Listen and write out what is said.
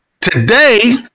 Today